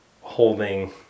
holding